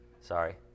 Sorry